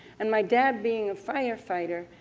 and my dad, being a firefighter,